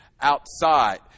outside